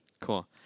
Cool